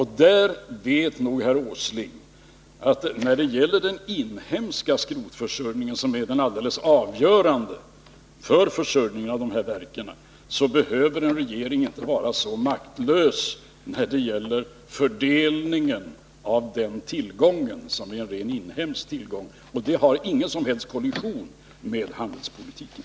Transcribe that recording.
Herr Åsling vet nog att när det gäller den inhemska skrotförsörjningen, som är alldeles avgörande för försörjningen av dessa verk, behöver en regering inte vara så maktlös i fråga om fördelningen av den tillgången. Det är en rent inhemsk tillgång, och den medför ingen som helst kollision med handelspolitiken.